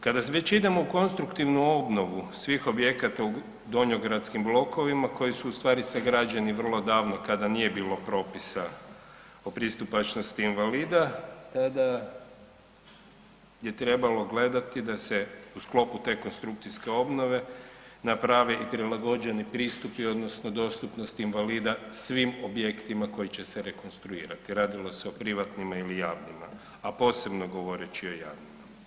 Kada već idemo u konstruktivnu obnovu svih objekata u donjogradskim blokovima koji su u stvari sagrađeni vrlo davno kada nije bilo propisa o pristupačnosti invalida, tada je trebalo gledati da se u sklopu te konstrukcijske obnove naprave i prilagođeni pristupi odnosno dostupnost invalida svim objektima koji će se rekonstruirati, radilo se o privatnima, ili javnima, a posebno govoreći o javnima.